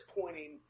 pointing